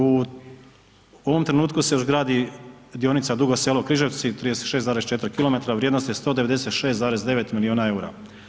U ovom trenutku se još gradi dionica Dugo Selo – Križevci 36,4 km vrijednosti 196,9 milijuna EUR-a.